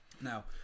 Now